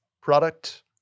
product